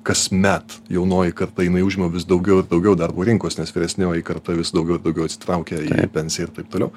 kasmet jaunoji karta jinai užima vis daugiau ir daugiau darbo rinkos nes vyresnioji karta vis daugiau ir daugiau atsitraukia į pensiją ir taip toliau